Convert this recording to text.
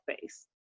face